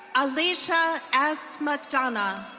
alicia s mcdonough.